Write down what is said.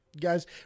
Guys